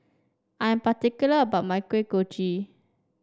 I'm particular about my Kuih Kochi